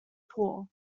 poor